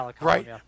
Right